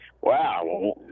wow